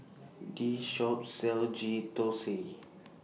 This Shop sells Ghee Thosai